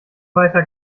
weiter